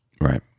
Right